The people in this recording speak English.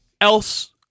else